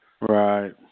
Right